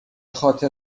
خاطر